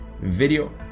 video